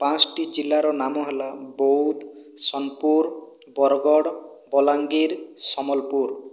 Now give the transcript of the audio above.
ପାଞ୍ଚ୍ଟି ଜିଲ୍ଲାର ନାମ ହେଲା ବୌଦ୍ଧ ସୋନପୁର ବରଗଡ଼ ବଲାଙ୍ଗୀର ସମ୍ବଲପୁର